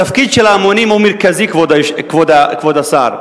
התפקיד של ההמונים הוא מרכזי, כבוד השר,